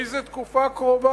איזה תקופה קרובה?